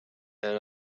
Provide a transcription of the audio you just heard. and